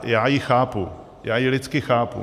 Já ji chápu, já ji lidsky chápu.